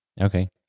Okay